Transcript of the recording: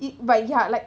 it but ya like